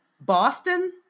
Boston